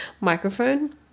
microphone